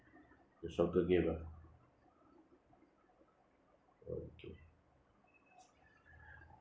the soccer game ah okay